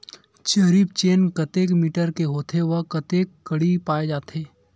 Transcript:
जरीब चेन कतेक मीटर के होथे व कतेक कडी पाए जाथे?